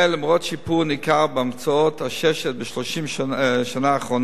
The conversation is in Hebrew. למרות שיפור ניכר בהימצאות עששת ב-30 שנה האחרונות,